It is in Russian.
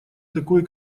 такой